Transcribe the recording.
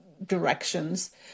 directions